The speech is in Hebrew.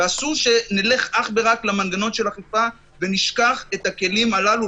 ואסור שנלך אך ורק למנגנון של אכיפה ונשכח את הכלים הללו.